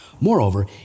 Moreover